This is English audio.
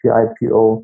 Pipo